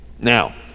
Now